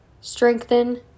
strengthen